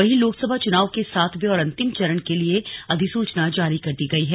वहीं लोकसभा चुनाव के सातवें और अंतिम चरण के लिए अधिसुचना जारी कर दी गई है